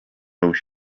though